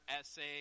essay